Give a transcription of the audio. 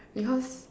because